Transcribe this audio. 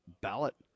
ballot